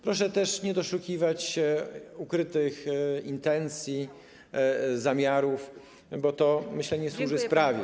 Proszę też nie doszukiwać się ukrytych intencji, zamiarów, bo to, myślę, nie służy sprawie.